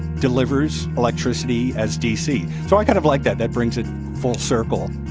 delivers electricity as dc. so i kind of like that. that brings it full circle.